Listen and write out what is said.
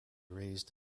raised